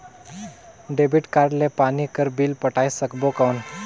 Debit card ले पानी कर बिल पटाय सकबो कौन?